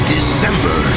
December